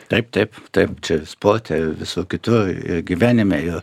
taip taip taip čia sporte ir visur kitur ir gyvenime ir